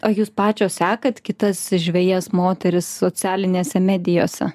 o jūs pačios sekat kitas žvejes moteris socialinėse medijose